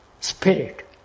spirit